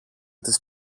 τις